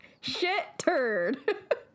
Shit-Turd